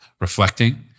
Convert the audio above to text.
reflecting